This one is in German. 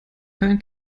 kein